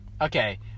Okay